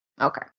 Okay